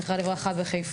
זיכרונה לברכה.